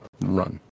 run